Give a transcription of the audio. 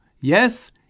Yes